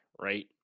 right